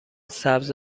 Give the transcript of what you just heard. سبز